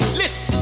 listen